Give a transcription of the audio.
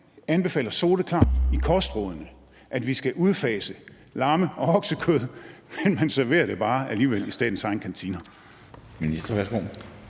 kostrådene soleklart anbefaler, at vi skal udfase lamme- og oksekød, men man serverer det bare alligevel i statens egne kantiner.